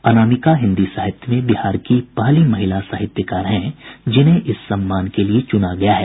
अनामिका हिन्दी साहित्य में बिहार की पहली महिला साहित्यकार हैं जिन्हें इस सम्मान के लिए चुना गया है